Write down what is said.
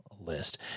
List